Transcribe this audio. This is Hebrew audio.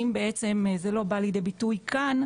אם זה לא בא לידי ביטוי כאן,